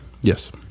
yes